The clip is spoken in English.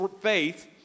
faith